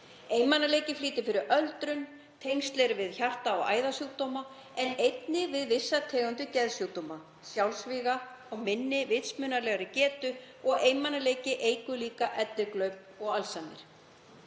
Einmanaleiki flýtir fyrir öldrun. Tengsl eru við hjarta- og æðasjúkdóma en einnig við vissa tegundir geðsjúkdóma, sjálfsvíga og minni vitsmunalegrar getu. Einmanaleiki eykur líka elliglöp og hættu